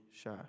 shy